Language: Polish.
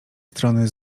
strony